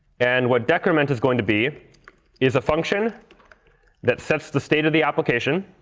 and what decrement is going to be is a function that sets the state of the application,